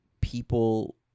people